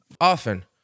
often